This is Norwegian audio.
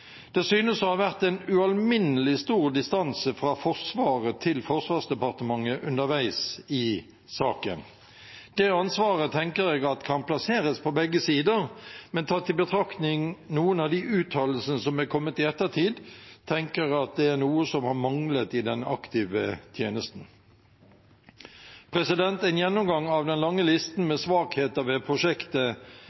synes å ha vært en ualminnelig stor distanse fra Forsvaret til Forsvarsdepartementet underveis i saken. Det ansvaret tenker jeg at kan plasseres på begge sider, men tatt i betraktning noen av de uttalelsene som er kommet i ettertid, tenker jeg at det er noe som har manglet i den aktive tjenesten. En gjennomgang av den lange listen